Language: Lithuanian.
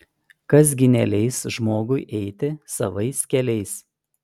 kas gi neleis žmogui eiti savais keliais